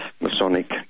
Masonic